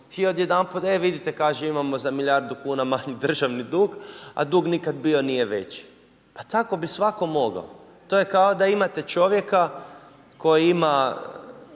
i odjedanput vidite kaže, imamo za milijardu kuna manji državni dug, a dug nikad bio nije veći. Pa tako bi svatko mogao. To je kao da imate čovjeka koji ima